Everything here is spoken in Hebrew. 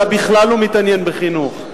אתה בכלל לא מתעניין בחינוך.